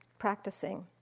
Practicing